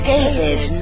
David